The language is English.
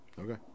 Okay